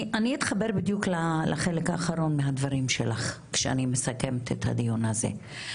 אני אתחבר בדיוק לחלק האחרון מהדברים שלך כשאני מסכמת את הדיון הזה.